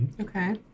Okay